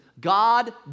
God